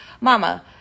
mama